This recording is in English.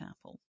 Apple